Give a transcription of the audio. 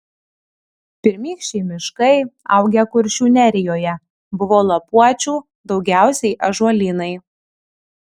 pirmykščiai miškai augę kuršių nerijoje buvo lapuočių daugiausiai ąžuolynai